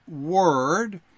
word